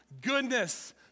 goodness